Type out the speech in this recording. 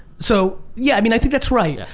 so yeah i mean i think that's right. ah